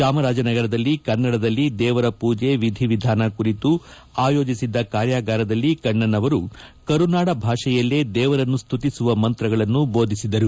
ಚಾಮರಾನಗರದಲ್ಲಿ ಕನ್ನಡದಲ್ಲಿ ದೇವರ ಪೂಜೆ ವಿಧಿ ವಿಧಾನ ಕುರಿತು ಆಯೋಜಿಸಿದ್ದ ಕಾರ್ಯಾಗಾರದಲ್ಲಿ ಕಣ್ಣನ್ ಅವರು ಕರುನಾಡ ಭಾಷೆಯಲ್ಲೇ ದೇವರನ್ನು ಸ್ತುತಿಸುವ ಮಂತ್ರಗಳನ್ನು ಬೋಧಿಸಿದರು